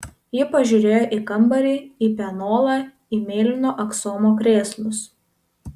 ji pažiūrėjo į kambarį į pianolą į mėlyno aksomo krėslus